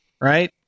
Right